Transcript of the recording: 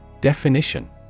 Definition